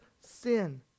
sin